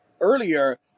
earlier